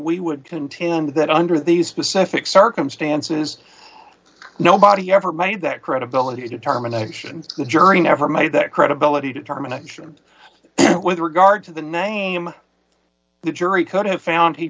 would continue and that under these specific circumstances nobody ever made that credibility determination the journey never made that credibility determination with regard to the name the jury could have found he